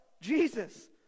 Jesus